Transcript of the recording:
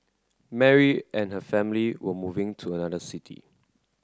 Mary and her family were moving to another city